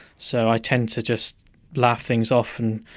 so i tend to just laugh things off and